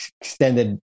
extended